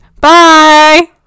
Bye